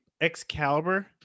Excalibur